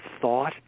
thought